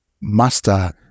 master